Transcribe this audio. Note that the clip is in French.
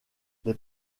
les